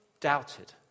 doubted